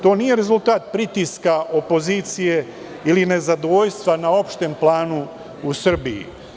To nije rezultat pritiska opozicije ili nezadovoljstva na opštem planu u Srbiji.